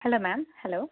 hello ma'am hello